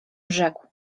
rzekł